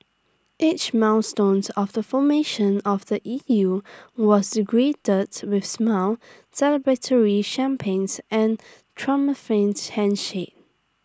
each milestones of the formation of the E U was greeted with smiles celebratory champagnes and triumphant handshakes